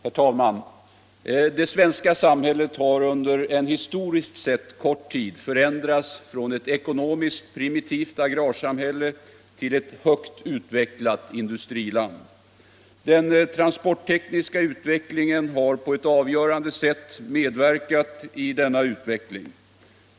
Herr talman! Det svenska samhället har under en historiskt sett kort tid förändrats från ett ekonomiskt primitivt agrarsamhälle till ett högt utvecklat industriland. Den transporttekniska utvecklingen har på ett avgörande sätt medverkat till denna utveckling.